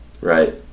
right